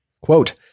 quote